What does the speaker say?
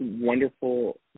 wonderful